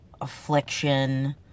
affliction